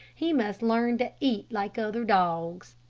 he must learn to eat like other dogs.